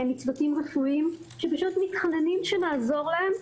מצוותים רפואיים, שפשוט מתחננים שנעזור להן.